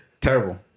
terrible